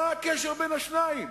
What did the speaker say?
מה הקשר בין השניים?